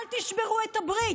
אל תשברו את הברית,